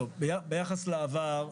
ביחס לעבר,